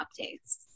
updates